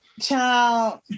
Child